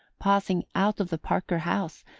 passing out of the parker house,